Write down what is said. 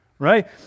right